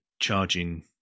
charging